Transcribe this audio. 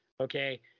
okay